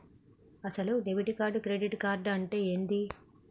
అసలు debit card credit card అంటే ఏంది?